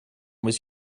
was